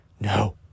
no